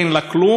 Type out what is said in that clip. אין לה כלום.